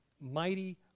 mighty